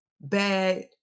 bad